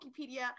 wikipedia